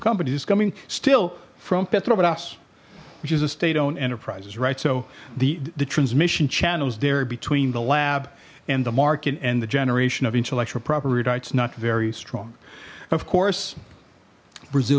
companies is coming still from petrobras which is a state owned enterprises right so the the transmission channels there between the lab and the market and the generation of intellectual property rights not very strong of course brazil